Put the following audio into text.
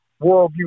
worldview